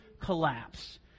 collapse